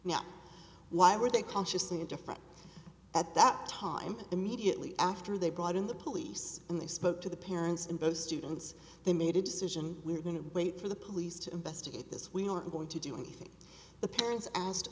now why were they conscious and different at that time immediately after they brought in the police and they spoke to the parents and both students they made a decision we're going to wait for the police to investigate this we are going to do anything the parents as